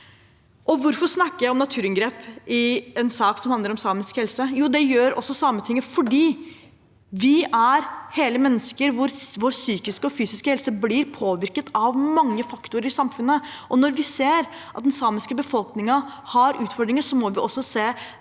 Hvorfor snakker jeg om naturinngrep i en sak som handler om samisk helse? Jo, det gjør også Sametinget, for vi er hele mennesker, og vår psykiske og fysiske helse blir påvirket av mange faktorer i samfunnet. Når vi ser at den samiske befolkningen har utfordringer, må vi også se